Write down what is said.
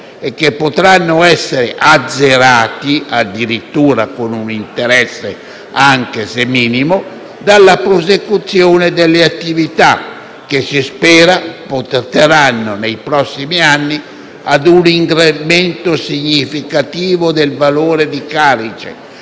e che potranno essere azzerati, addirittura, con un interesse anche se minimo, dalla prosecuzione delle attività che si spera porterà nei prossimi anni ad un incremento significativo del valore di Banca